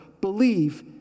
believe